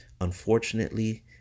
Unfortunately